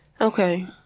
Okay